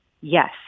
yes